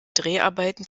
dreharbeiten